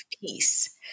peace